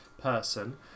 person